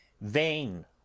Vain